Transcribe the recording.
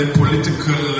political